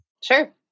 Sure